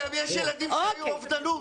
גם יש ילדים שחוו אובדנות.